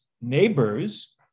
neighbors